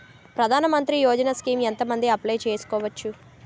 ప్రధాన మంత్రి యోజన స్కీమ్స్ ఎంత మంది అప్లయ్ చేసుకోవచ్చు?